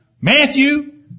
Matthew